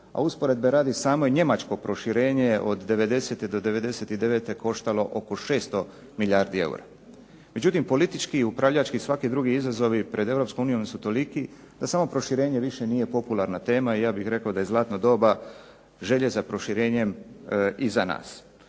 a usporedbe radi samo je Njemačko proširenje od '90-te do '99-te koštalo oko 600 milijardi eura. Međutim politički i upravljački svaki drugi izazovi pred Europskom unijom su toliki da samo proširenje više nije popularna tema i ja bih rekao da je zlatno doba želje za proširenjem iza nas.